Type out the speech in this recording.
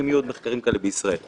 יכול רק לחלוק איתך, פרופ'